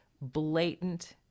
blatant